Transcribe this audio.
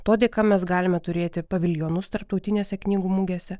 to dėka mes galime turėti paviljonus tarptautinėse knygų mugėse